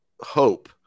hope